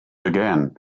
again